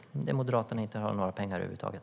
Där har Moderaterna inte några pengar över huvud taget.